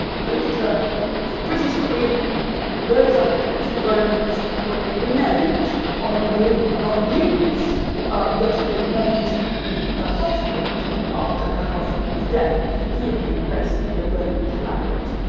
boadicea was the british queen who rose up against the romans when they reneged on in green on agreements that they made with her husband after her husband's death he had been basically a roman collaborator